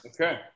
Okay